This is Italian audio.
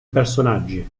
personaggi